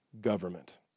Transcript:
government